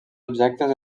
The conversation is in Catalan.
objectes